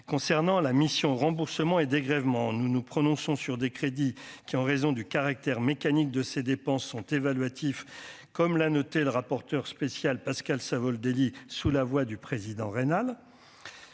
concernant la mission remboursements et dégrèvements, nous nous prononçons sur des crédits qui, en raison du caractère mécanique de ces dépenses sont évaluatif comme l'a noté le rapporteur spécial Pascal Savoldelli sous la voix du président rénale